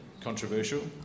controversial